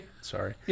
sorry